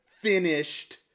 finished